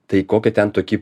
tai kokį ten tokį